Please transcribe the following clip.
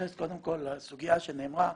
אתייחס קודם כל לסוגיה שנאמרה.